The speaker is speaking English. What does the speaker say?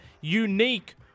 unique